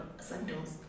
symptoms